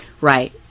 right